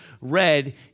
read